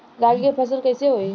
रागी के फसल कईसे होई?